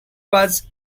was